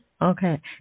okay